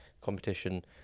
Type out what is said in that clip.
competition